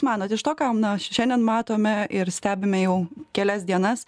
manot iš to ką na šiandien matome ir stebime jau kelias dienas